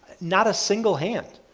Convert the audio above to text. not a single hand.